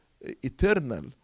eternal